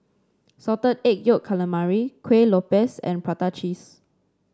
Salted Egg Yolk Calamari Kueh Lopes and Prata Cheese